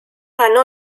ganó